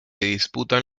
disputan